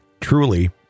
Truly